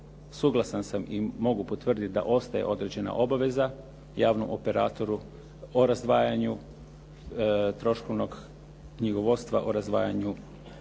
Suglasan sam i mogu potvrditi da ostaje određena obaveza javnom operatoru o razdvajanju troškovnog knjigovodstva o razdvajanju